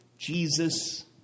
Jesus